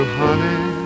honey